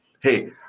Hey